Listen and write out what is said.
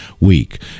week